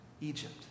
Egypt